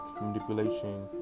manipulation